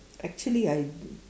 actually I